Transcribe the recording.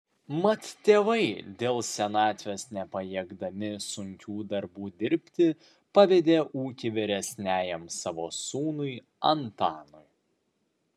mat tėvai dėl senatvės nepajėgdami sunkių darbų dirbti pavedė ūkį vyresniajam savo sūnui antanui